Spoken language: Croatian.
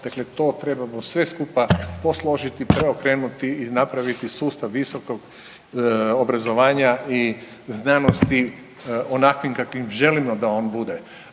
Dakle, to trebamo sve skupa posložiti, preokrenuti i napravi sustav visokog obrazovanja i znanosti onakvim kakvim želimo da on bude.